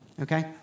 Okay